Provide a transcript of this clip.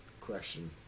question